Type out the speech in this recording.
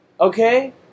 Okay